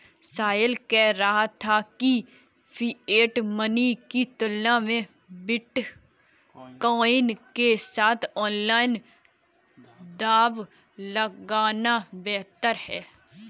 साहिल कह रहा था कि फिएट मनी की तुलना में बिटकॉइन के साथ ऑनलाइन दांव लगाना बेहतर हैं